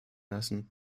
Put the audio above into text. lassen